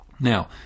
Now